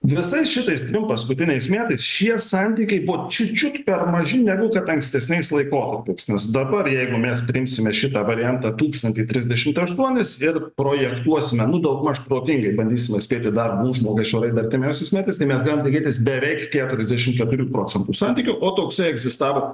visais šitais trim paskutiniais metais šie santykiai buvo čiut čiut per maži negu kad ankstesniais laikotarpiais nes dabar jeigu mes priimsime šitą variantą tūkstantį trisdešimt aštuonis ir projektuosime nu daugmaž protingai bandysime spėti darbo užmokesčio raidą artimiausiais metais tai mes galim tikėtis beveik keturiasdešimt keturių procentų santykiu o toksai egzistavo